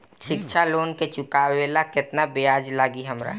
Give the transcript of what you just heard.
शिक्षा लोन के चुकावेला केतना ब्याज लागि हमरा?